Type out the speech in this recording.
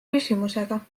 küsimusega